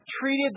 treated